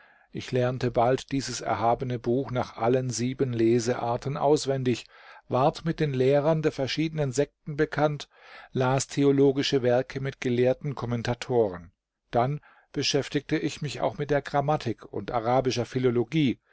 ich lernte bald dieses erhabene buch nach allen sieben lesearten auswendig ward mit den lehrern der verschiedenen sekten bekannt las theologische werke mit gelehrten kommentatoren dann beschäftigte ich mich auch mit der grammatik und arabischer philologie